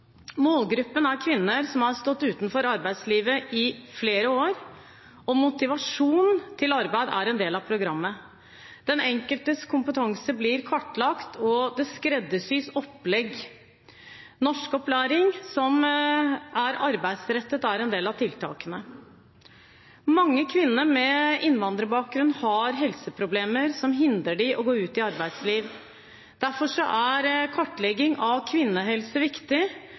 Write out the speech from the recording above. Målgruppen er kvinner som har stått utenfor arbeidslivet i flere år, og motivasjon til arbeid er en del av programmet. Den enkeltes kompetanse blir kartlagt, og det skreddersys opplegg. Norskopplæring som er arbeidsrettet, er en del av tiltakene. Mange kvinner med innvandrerbakgrunn har helseproblemer som hindrer dem i å gå ut i arbeidsliv. Derfor er kartlegging av kvinnehelse viktig,